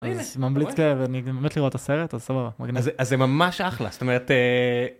אני ממליץ, אני מת לראות את הסרט, אז סבבה, מגניב. אז זה ממש אחלה, זאת אומרת...